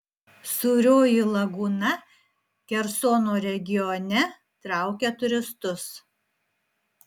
sūrioji lagūna kersono regione traukia turistus